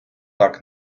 так